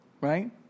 right